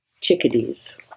chickadees